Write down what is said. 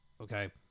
okay